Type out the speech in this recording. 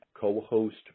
co-host